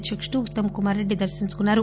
అధ్యకుడు ఉత్తమ్ కుమార్ రెడ్లి దర్పించుకున్నారు